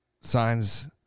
signs